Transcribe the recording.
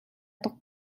tuk